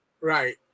Right